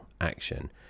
action